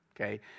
Okay